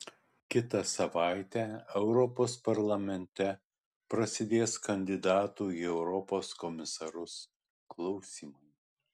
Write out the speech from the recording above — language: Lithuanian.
kitą savaitę europos parlamente prasidės kandidatų į europos komisarus klausymai